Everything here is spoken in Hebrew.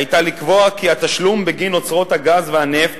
היתה לקבוע כי התשלום בגין אוצרות הגז והנפט